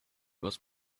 was